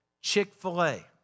Chick-fil-A